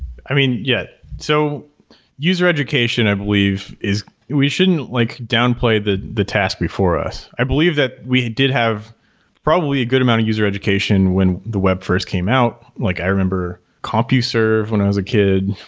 i mean, yeah. so user education, i believe is we shouldn't like downplay the the tasks before us. i believe that we did have probably a good amount of user education when the web first came out. like i remember compuserve when i was a kid.